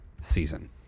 season